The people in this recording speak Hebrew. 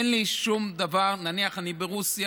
אין לי שום דבר, נניח אני ברוסיה,